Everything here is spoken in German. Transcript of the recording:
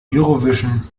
eurovision